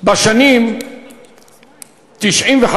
בשנים 1995